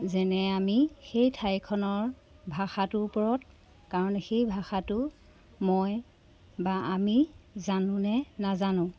যেনে আমি সেই ঠাইখনৰ ভাষাটোৰ ওপৰত কাৰণ সেই ভাষাটো মই বা আমি জানোনে নাজানো